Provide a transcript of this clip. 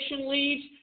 leads